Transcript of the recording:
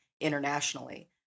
internationally